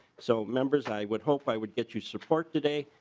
so members i would hope i would get your support today.